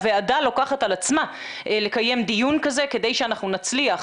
הוועדה לוקחת על עצמה לקיים דיון כזה כדי שאנחנו נצליח